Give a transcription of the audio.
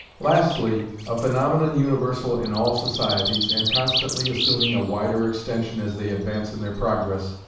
lastly, a phaenomenon universal in all societies, and constantly assuming a wider extension as they advance in their progress,